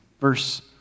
Verse